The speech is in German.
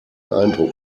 eindruck